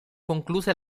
concluse